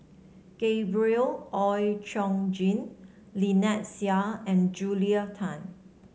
Gabriel Oon Chong Jin Lynnette Seah and Julia Tan